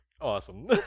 Awesome